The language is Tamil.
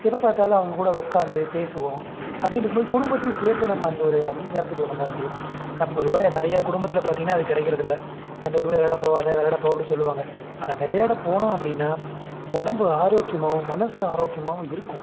எப்போ பார்த்தாலும் அவங்ககூட உட்காந்து பேசுவோம் அப்படின்னு இருக்கும் போது குடும்பத்தையும் சேர்த்து நம்ம அந்த ஒரு அங்கீகாரத்துக்குள்ளே கொண்டார முடியும் ஆனால் பொதுவாக நிறையா குடும்பத்தில் பார்த்திங்கன்னா அது கிடைக்கிறதில்ல எந்த விளையாட போகாத விளையாட போ அப்படின்னு சொல்லுவாங்க ஆனால் விளையாட போனோம் அப்படின்னா உடம்பு ஆரோக்கியமாகவும் மனசு ஆரோக்கியமாகவும் இருக்கும்